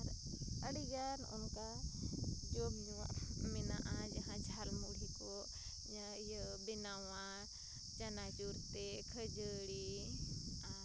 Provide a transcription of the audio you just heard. ᱟᱨ ᱟᱹᱰᱤ ᱜᱟᱱ ᱚᱱᱠᱟ ᱡᱚᱢᱼᱧᱩᱣᱟᱜ ᱢᱮᱱᱟᱜᱼᱟ ᱡᱟᱦᱟᱸᱭ ᱡᱷᱟᱞ ᱢᱩᱲᱤ ᱠᱚ ᱵᱮᱱᱟᱣᱟ ᱪᱟᱱᱟᱪᱩᱨ ᱛᱮ ᱠᱷᱟᱹᱡᱟᱹᱲᱤ